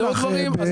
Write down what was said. אדוני השר, אני